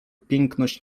piękność